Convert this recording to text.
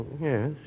Yes